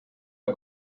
are